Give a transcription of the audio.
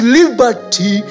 liberty